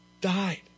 died